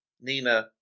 Nina